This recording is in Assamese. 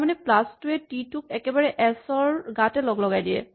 তাৰমানে প্লাচ টোয়ে টি টোক একেবাৰে এচ ৰ গাতে লগাই দিয়ে